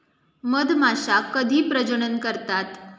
मधमाश्या कधी प्रजनन करतात?